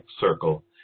circle